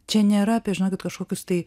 čia nėra apie žinokit kažkokius tai